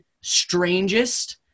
strangest